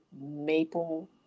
Maple